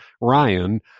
Ryan